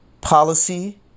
policy